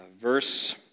verse